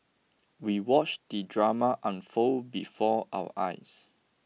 we watched the drama unfold before our eyes